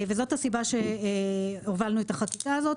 וזאת הסיבה שהובלנו את החקיקה הזאת.